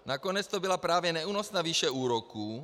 Nakonec to byla právě neúnosná výše úroků